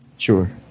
Sure